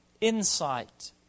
insight